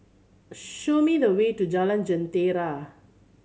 show me the way to Jalan Jentera